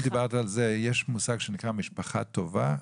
יש מושג שנקרא משפחה טובה,